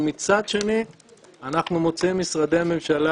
ומצד שני אנחנו מוצאים משרדי ממשלה